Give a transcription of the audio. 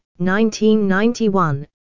1991